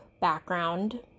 background